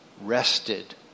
rested